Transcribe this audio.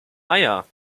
eier